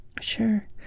Sure